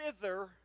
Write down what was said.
thither